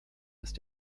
ist